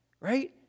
right